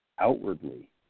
outwardly